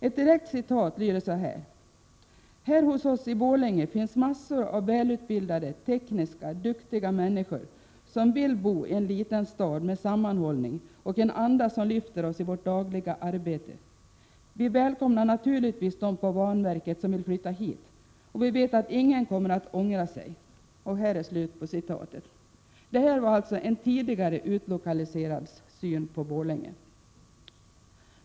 Ett direkt citat lyder: ”Här hos oss i Borlänge finns massor av välutbildade, tekniska, duktiga människor, som vill bo i en liten stad med sammanhållning och en anda som lyfter oss i vårt dagliga arbete. Vi välkomnar naturligtvis dom på banverket som vill flytta hit och vi vet att ingen kommer att ångra sig.” Det var en tidigare utlokaliserads syn på Borlänge.